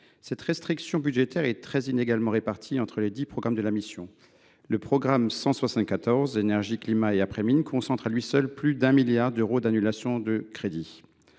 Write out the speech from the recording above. Cette restriction budgétaire est très inégalement répartie entre les dix programmes de la mission. Le programme 174, « Énergie, climat et après mines », concentre, à lui seul, plus d’un milliard d’euros d’annulation de crédits.